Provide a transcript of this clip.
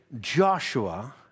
Joshua